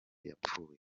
yapfuye